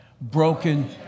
Broken